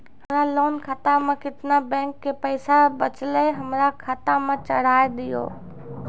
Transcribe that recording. हमरा लोन खाता मे केतना बैंक के पैसा बचलै हमरा खाता मे चढ़ाय दिहो?